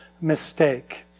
mistake